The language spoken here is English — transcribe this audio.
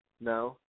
No